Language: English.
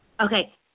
Okay